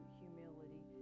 humility